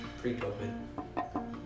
pre-COVID